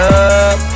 up